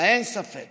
אבל אין ספק